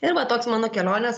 ir va toks mano kelionės